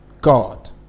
god